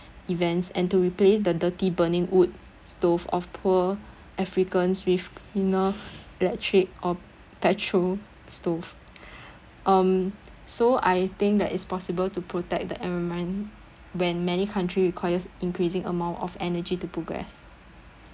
events and to replace the dirty burning wood stove of poor africans with cleaner electric or petrol stove um so I think that it's possible to protect the environment when many country requires increasing amount of energy to progress